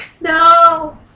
No